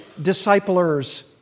disciplers